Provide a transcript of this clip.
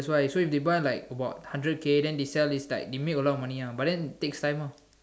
that's why so if they buy like about hundred K then they sell is like they make a lot of money ah but then takes time ah